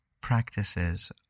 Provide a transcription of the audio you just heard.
practices